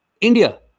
India